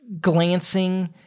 glancing